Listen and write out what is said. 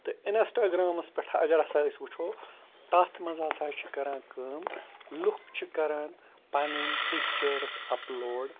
تہٕ اِنَسٹاگرٛامَس پٮ۪ٹھ اَگر ہسا أسۍ وٕچھو تَتھ منٛز ہسا چھِ کَران کٲم لُکھ چھِ کَران پَنٕنۍ پِکچٲرٕس اَپلوڈ